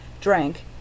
drank